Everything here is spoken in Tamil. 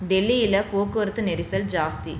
டெல்லியில் போக்குவரத்து நெரிசல் ஜாஸ்தி